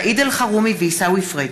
סעיד אלחרומי ועיסאווי פריג'